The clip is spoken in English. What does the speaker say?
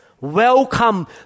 welcome